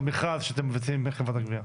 המכרז שאתם מבצעים מול חברת הגבייה.